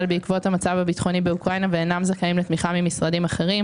בעקבות המצב הביטחוני באוקראינה ואינם זכאים לתמיכה ממשרדים אחרים.